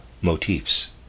motifs